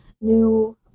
new